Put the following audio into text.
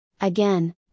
Again